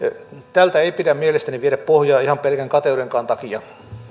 tältä ei pidä mielestäni viedä pohjaa ihan pelkän kateudenkaan takia